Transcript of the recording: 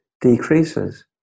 decreases